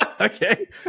Okay